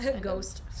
Ghost